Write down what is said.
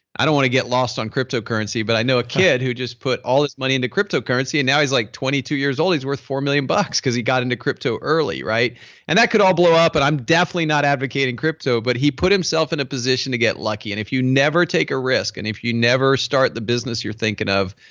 i don't want to get lost on cryptocurrency but i know a kid who just put all this money into cryptocurrency and now he's like twenty two years years old, he's worth four million bucks because he got into crypto early. and that could all blow up and i'm definitely not advocating crypto but he put himself in a position to get lucky. and if you never take a risk and if you never start the business you're thinking of,